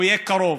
הוא יהיה קרוב.